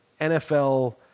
NFL